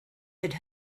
had